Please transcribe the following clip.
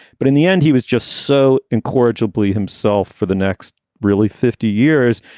but in the end, he was just so incorrigibly himself for the next really fifty years,